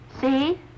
See